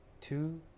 two